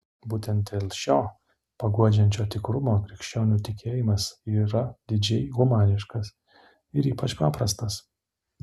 būtent dėl šio paguodžiančio tikrumo krikščionių tikėjimas yra didžiai humaniškas ir ypač paprastas